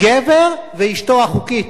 גבר ואשתו החוקית,